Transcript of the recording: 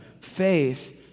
faith